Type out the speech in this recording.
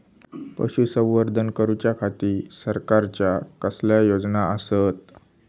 पशुसंवर्धन करूच्या खाती सरकारच्या कसल्या योजना आसत?